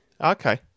Okay